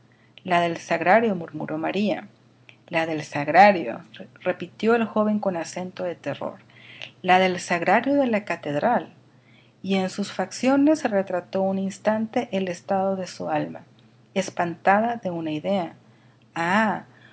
la del sagrario murmuró maría la del sagrario repitió el joven con acento de terror la del sagrario de la catedral y en sus facciones se retrató un instante el estado de su alma espantada de una idea ah